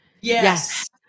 yes